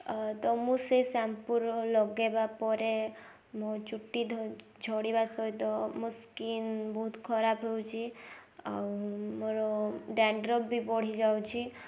ତ ମୁଁ ସେ ସାମ୍ପୁର ଲଗେଇବା ପରେ ମୋ ଚୁଟି ଝଡ଼ିବା ସହିତ ମୋ ସ୍କିନ୍ ବହୁତ ଖରାପ ହେଉଛି ଆଉ ମୋର ଡ଼୍ୟାନ୍ଡ୍ରଫ୍ ବି ବଢ଼ିଯାଉଛି